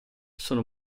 sono